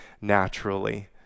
naturally